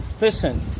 Listen